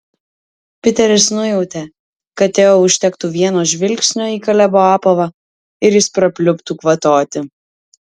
piteris nujautė kad teo užtektų vieno žvilgsnio į kalebo apavą ir jis prapliuptų kvatoti